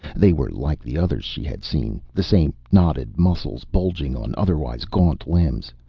they were like the others she had seen, the same knotted muscles bulging on otherwise gaunt limbs,